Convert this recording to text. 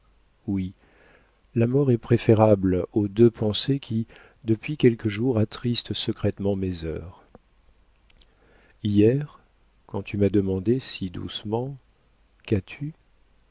oui la mort est préférable aux deux pensées qui depuis quelques jours attristent secrètement mes heures hier quand tu m'as demandé si doucement qu'as-tu